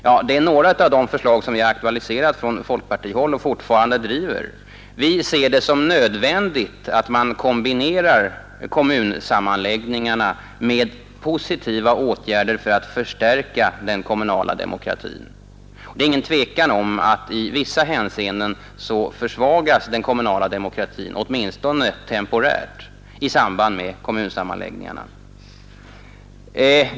Ja, det är några av de förslag som vi har aktualiserat från folkpartihåll och fortfarande driver. Vi anser det nödvändigt att man kombinerar kommunsammanläggningarna med positiva åtgärder för att förstärka den kommunala demokratin. Det råder ingen tvekan om att i vissa hänseenden försvagas den kommunala demokratin, åtminstone temporärt, i samband med kommunsammanläggningarna.